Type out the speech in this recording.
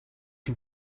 can